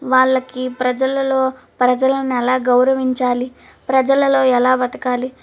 వాళ్లకి ప్రజలలో ప్రజలను ఎలా గౌరవించాలి ప్రజలలో ఎలా బ్రతకాలి